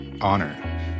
honor